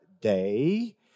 day